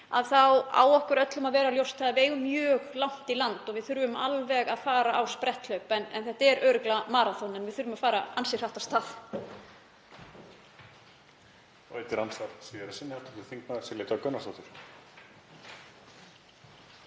þá á okkur öllum að vera ljóst að við eigum mjög langt í land og við þurfum alveg að fara á spretthlaup. Þetta er örugglega maraþon, en við þurfum að fara ansi hratt af stað.